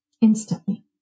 Instantly